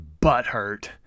butthurt